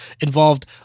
involved